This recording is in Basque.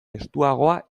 estuagoa